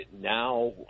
now